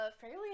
fairly